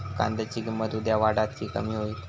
कांद्याची किंमत उद्या वाढात की कमी होईत?